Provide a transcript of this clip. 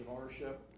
ownership